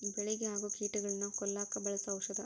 ಬೆಳಿಗೆ ಆಗು ಕೇಟಾನುಗಳನ್ನ ಕೊಲ್ಲಾಕ ಬಳಸು ಔಷದ